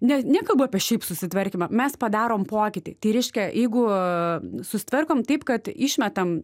ne nekalbu apie šiaip susitvarkymą mes padarom pokytį tai riškia jeigu susitvarkom taip kad išmetam